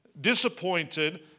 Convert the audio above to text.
disappointed